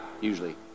usually